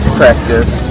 practice